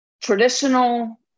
Traditional